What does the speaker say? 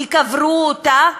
כי קברו אותה,